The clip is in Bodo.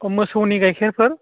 अ मोसौनि गाइखेरफोर